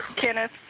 Kenneth